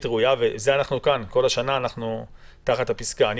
ראויה כל השנה אנחנו תחת פסקת ההגבלה.